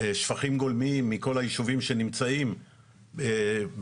שפכים גולמיים מכל הישובות שנמצאים במורד